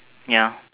ya